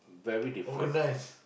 very different